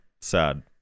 sad